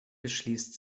beschließt